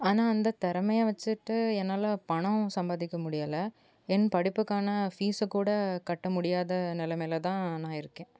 ஆனால் அந்த திறமைய வெச்சுகிட்டு என்னால் பணம் சம்பாதிக்க முடியல என் படிப்புக்கான ஃபீஸை கூட கட்ட முடியாத நிலைமையில் தான் நான் இருக்கேன்